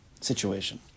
situation